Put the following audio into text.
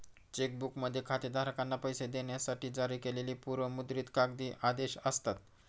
check बुकमध्ये खातेधारकांना पैसे देण्यासाठी जारी केलेली पूर्व मुद्रित कागदी आदेश असतात